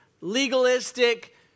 legalistic